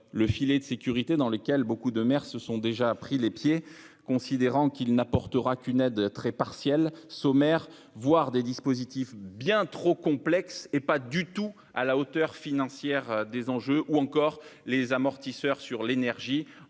au filet de sécurité, dans lequel beaucoup de maires se sont déjà pris les pieds, considérant qu'il n'apportera qu'une aide très partielle et sommaire, voire qu'il contient des dispositifs bien trop complexes et pas du tout à la hauteur des enjeux financiers. Je pense encore aux amortisseurs sur l'énergie,